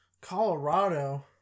Colorado